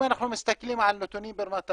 אם אנחנו מסתכלים על נתונים ברמת הפרט,